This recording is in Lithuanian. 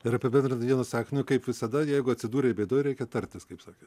ir apibendrinti vienu sakiniu kaip visada jeigu atsidūrei bėdoje reikia tartis kaip sakė